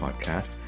podcast